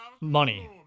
money